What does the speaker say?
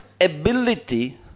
ability